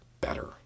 better